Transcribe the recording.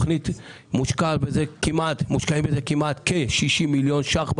בנושא הזה מושקעים כמעט כ-60 מיליון שקלים.